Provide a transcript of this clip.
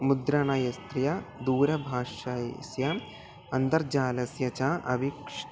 मुद्रणस्य दूरभाषायाः अन्तर्जालस्य च अपेक्ष्य